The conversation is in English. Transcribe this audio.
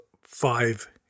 five